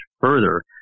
further